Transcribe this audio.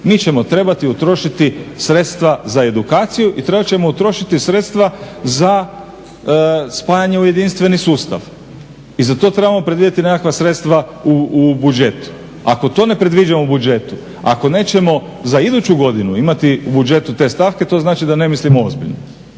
Mi ćemo trebati utrošiti sredstva za edukaciju i trebat ćemo utrošiti sredstva za spajanje u jedinstveni sustav. I za to trebamo predvidjeti nekakva sredstva u budžetu. Ako to ne predviđamo u budžetu, ako nećemo za iduću godinu imati u budžetu te stavke to znači da ne mislimo ozbiljno.